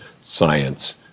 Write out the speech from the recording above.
science